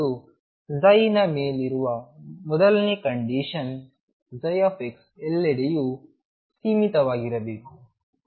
ಮತ್ತು ನ ಮೇಲಿರುವ ಮೊದಲನೇ ಕಂಡೀಶನ್ ψ ಎಲ್ಲೆಡೆಯೂ ಸೀಮಿತವಾಗಿರಬೇಕು